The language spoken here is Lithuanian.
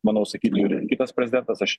manau sakytų ir kitas prezidentas aš